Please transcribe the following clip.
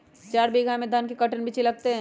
चार बीघा में धन के कर्टन बिच्ची लगतै?